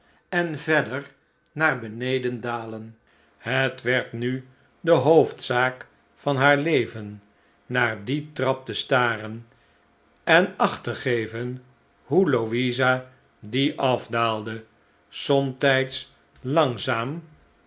en verder naar beneden dalen het werd nu de hoofdzaak van haar leven naar die trap te staren en acht te geven hoe louisa die afdaalde somtijds langzaatn